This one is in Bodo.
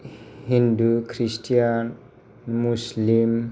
हिन्दु क्रिस्टियान मुस्लिम